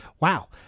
wow